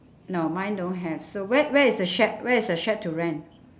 no mine don't have so where where is the shack where is the shack to rent